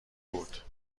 بود